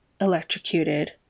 electrocuted